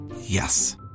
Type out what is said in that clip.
Yes